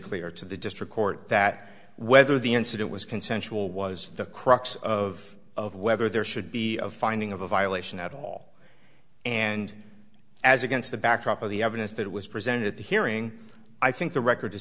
clear to the district court that whether the incident was consensual was the crux of of whether there should be a finding of a violation at all and as against the backdrop of the evidence that was presented at the hearing i think the record